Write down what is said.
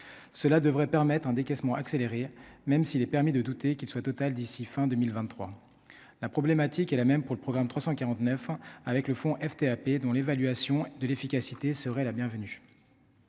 cela devrait permettre un décaissement accélérer, même s'il est permis de douter qu'il soit totale d'ici fin 2023 la problématique est la même pour le programme 349 ans avec le Fonds FTA dont l'évaluation de l'efficacité serait la bienvenue